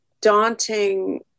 daunting